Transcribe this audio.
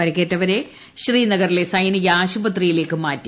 പരിക്കേറ്റവരെ ശ്രീനഗറിലെ സൈനിക ആശുപത്രിയിലേക്ക് മാറ്റി